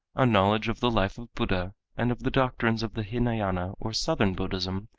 a knowledge of the life of buddha and of the doctrines of the hinayana or southern buddhism,